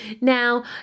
Now